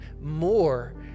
more